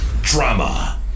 Drama